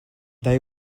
they